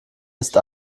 ist